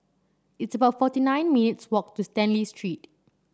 it's about forty nine minutes' walk to Stanley Street